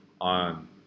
on